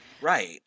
Right